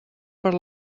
per